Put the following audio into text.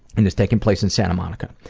and it's taking place in santa monica.